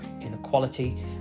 inequality